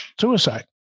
suicide